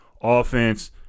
Offense